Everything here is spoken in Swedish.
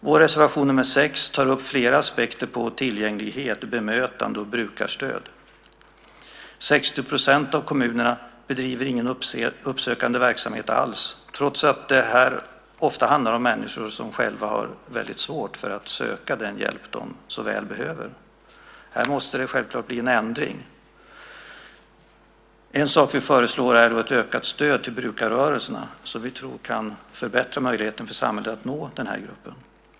Vår reservation 6 tar upp flera aspekter på tillgänglighet, bemötande och brukarstöd. 60 % av kommunerna bedriver ingen uppsökande verksamhet alls trots att det här ofta handlar om människor som själva har väldigt svårt att söka den hjälp de så väl behöver. Här måste det självklart bli en ändring. En sak vi föreslår är ett ökat stöd till brukarrörelserna, något vi tror kan förbättra samhällets möjlighet att nå denna grupp.